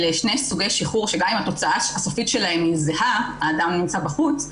אלה שני סוגי שחרור שגם אם התוצאה הסופית שלהם זהה שהאדם נמצא בחוץ,